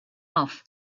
off